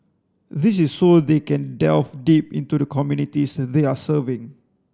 this is so they can delve deep into the communities they are serving